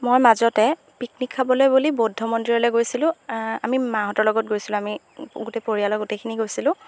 মই মাজতে পিকনিক খাবলৈ বুলি বৌদ্ধ মন্দিৰলৈ গৈছিলোঁ আমি মাহঁতৰ লগত গৈছিলোঁ আমি গোটেই পৰিয়ালৰ গোটেইখিনি গৈছিলোঁ